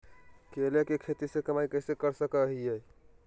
केले के खेती से कमाई कैसे कर सकय हयय?